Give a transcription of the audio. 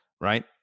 right